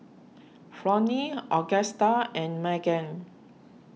Flonnie Augusta and Maegan